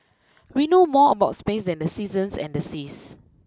we know more about space than the seasons and the seas